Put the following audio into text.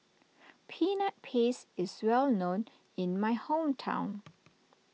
Peanut Paste is well known in my hometown